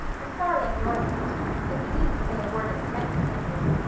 i'm sorry on your account but you needn't say a word at the cranky places.